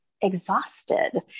exhausted